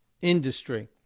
industry